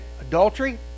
adultery